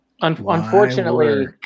Unfortunately